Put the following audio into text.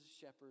shepherd